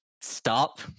stop